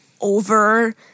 over